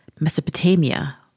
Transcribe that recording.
Mesopotamia